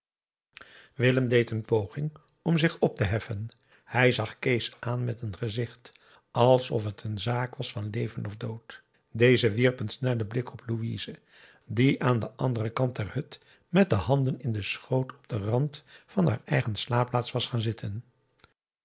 deed een poging om zich op te heffen hij zag kees aan met een gezicht alsof het een zaak was van leven of dood deze wierp een snellen blik op louise die aan den anderen kant der hut met de handen in den schoot op den rand van haar eigen slaapplaats was gaan zitten